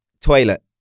toilet